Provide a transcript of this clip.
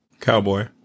Cowboy